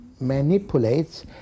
manipulates